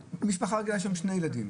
משפחה רגילה בה יש שני ילדים.